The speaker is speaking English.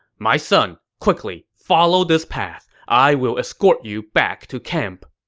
my son, quickly, follow this path. i will escort you back to camp.